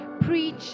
preach